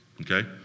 okay